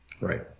Right